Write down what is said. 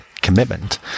commitment